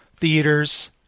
theaters